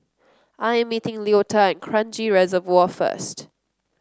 I'm meeting Leota Kranji Reservoir first